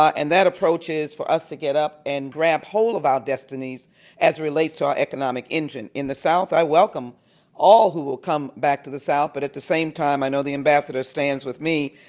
ah and that approach is for us to get up and grab hold of our destinies as it relates to our economic engine. in the south i welcome all who will come back to the south but at the same time i know the ambassador stands with me.